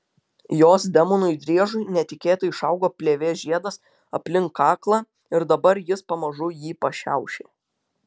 jos demonui driežui netikėtai išaugo plėvės žiedas aplink kaklą ir dabar jis pamažu jį pašiaušė